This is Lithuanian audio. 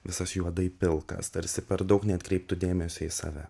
visas juodai pilkas tarsi per daug neatkreiptų dėmesio į save